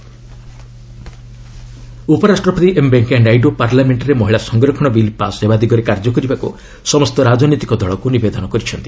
Naidu women reservation ଉପରାଷ୍ଟ୍ରପତି M Venkaiah Naidu ପାର୍ଲାମେଷ୍ଟରେ ମହିଳା ସଂରକ୍ଷଣ ବିଲ୍ ପାସ୍ ହେବା ଦିଗରେ କାର୍ଯ୍ୟ କରିବାକୁ ସମସ୍ତ ରାଜନୈତିକ ଦଳକୁ ନିବେଦନ କରିଛନ୍ତି